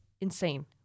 insane